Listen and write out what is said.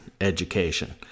education